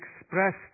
expressed